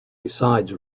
besides